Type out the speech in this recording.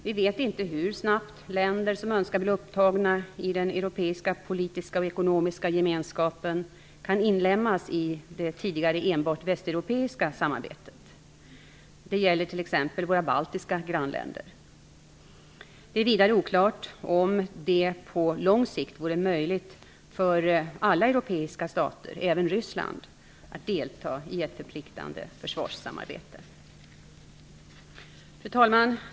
Vi vet inte hur snabbt länder som önskar bli upptagna i den europeiska politiska och ekonomiska gemenskapen kan inlemmas i det tidigare enbart västeuropeiska samarbetet. Det gäller t.ex. våra baltiska grannländer. Det är vidare oklart om det på lång sikt vore möjligt för alla Europas stater, även Ryssland, att delta i ett förpliktande försvarssamarbete. Fru talman!